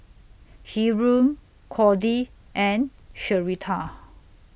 Hyrum Cordie and Sherita